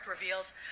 reveals